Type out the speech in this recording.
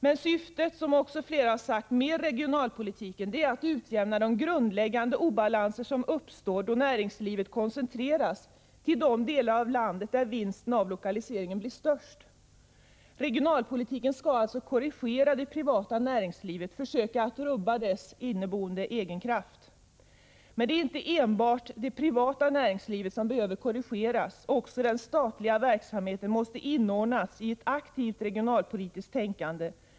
Men syftet med regionalpolitiken är, som också flera har sagt, att utjämna de grundläggande obalanser som uppstår då näringslivet koncentreras till de delar av landet där vinsten av lokaliseringen blir störst. Regionalpolitiken skall alltså korrigera det privata näringslivet, försöka att rubba dess egen inneboende kraft. Men det är inte enbart det privata näringslivet som behöver korrigeras. Också den statliga verksamheten måste inordnas i ett aktivt regionalpolitiskt tänkande.